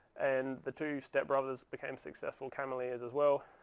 and the two step-brothers became successful cameleers as well.